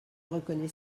reconnais